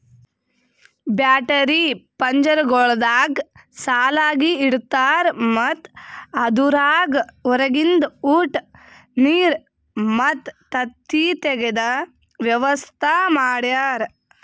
battery ಪಂಜರಗೊಳ್ದಾಗ್ ಸಾಲಾಗಿ ಇಡ್ತಾರ್ ಮತ್ತ ಅದುರಾಗ್ ಹೊರಗಿಂದ ಉಟ, ನೀರ್ ಮತ್ತ ತತ್ತಿ ತೆಗೆದ ವ್ಯವಸ್ತಾ ಮಾಡ್ಯಾರ